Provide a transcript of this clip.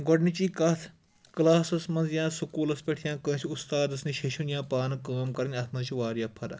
گۄڈنِچی کَتھ کٕلاسَس منٛز یا سکوٗلَس پٮ۪ٹھ یا کٲنٛسِہ اُستادَس نِش ہیٚچھُن یا پانہٕ کٲم کَرٕنۍ اَتھ منٛز چھِ واریاہ فرق